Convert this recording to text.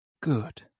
Good